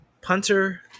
Punter